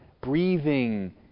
breathing